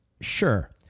sure